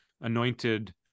anointed